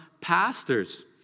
pastors